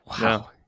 Wow